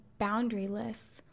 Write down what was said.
boundaryless